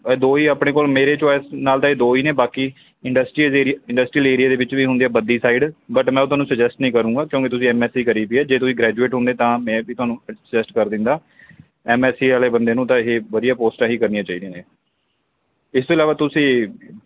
ਦੋ ਹੀ ਆਪਣੇ ਕੋਲ ਮੇਰੇ ਚੋਇਸ ਨਾਲ ਤਾਂ ਇਹ ਦੋ ਹੀ ਨੇ ਬਾਕੀ ਇੰਡਸਟਰੀਅਲ ਏਰੀਅ ਇੰਡਸਟਰੀਅਲ ਏਰੀਆ ਦੇ ਵਿੱਚ ਵੀ ਹੁੰਦੀ ਹੈ ਬੱਦੀ ਸਾਈਡ ਬਟ ਮੈਂ ਤੁਹਾਨੂੰ ਸਜੈਸਟ ਨਹੀਂ ਕਰੂੰਗਾ ਕਿਉਂਕਿ ਤੁਸੀਂ ਐਮ ਐਸ ਸੀ ਕਰੀ ਵੀ ਹੈ ਜੇ ਤੁਸੀਂ ਗ੍ਰੈਜੂਏਟ ਹੁੰਦੇ ਤਾਂ ਮੈਂ ਵੀ ਤੁਹਾਨੂੰ ਸਜੈਸਟ ਕਰ ਦਿੰਦਾ ਐਮ ਐਸ ਸੀ ਵਾਲੇ ਬੰਦੇ ਨੂੰ ਤਾਂ ਇਹ ਵਧੀਆ ਪੋਸਟਾਂ ਹੀ ਕਰਨੀਆਂ ਚਾਹੀਦੀਆਂ ਨੇ ਇਸ ਤੋਂ ਇਲਾਵਾ ਤੁਸੀਂ